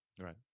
right